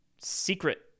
secret